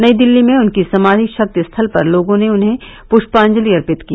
नई दिल्ली में उनकी समाधि शक्ति स्थल पर लोगों ने उन्हें प्रष्पांजलि अर्पित की